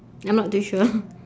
I'm not too sure